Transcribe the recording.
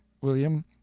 William